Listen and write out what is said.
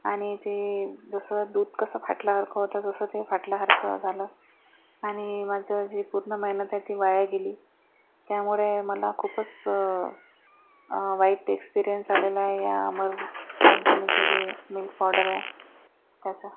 आणि ते जसं दूध कसं फाटल्यासारखं होतं तसं ते फाटल्यासारखं झालं आणि माझं जे पूर्ण मेहनत आहे ती वाया गेली त्यामुळे मला खूपच वाईट एक्स्पिरियन्स आलेला आहे या अमर कंपनीचं जे मिल्क पावडर आहे त्याचा